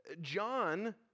John